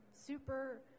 super